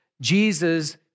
Jesus